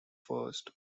first